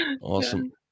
Awesome